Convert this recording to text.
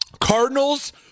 Cardinals